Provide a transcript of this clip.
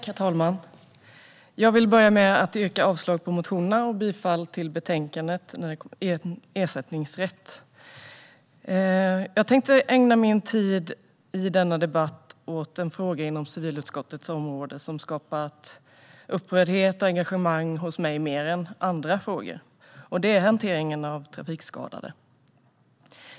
Herr talman! Jag vill börja med att yrka avslag på motionerna och därmed bifall till förslaget i betänkandet Ersättningsrätt . Jag tänkte ägna min talartid i denna debatt åt en fråga inom civilutskottets område som mer än andra har skapat upprördhet och engagemang hos mig, och det är hanteringen av trafikskadade.